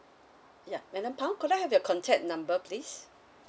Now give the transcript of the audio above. yup madam phang could I have your contact number please